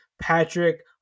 Patrick